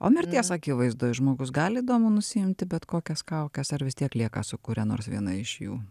o mirties akivaizdoj žmogus gali įdomu nusiimti bet kokias kaukes ar vis tiek lieka su kuria nors viena iš jų